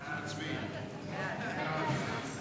ההצעה להעביר את הנושא